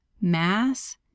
mass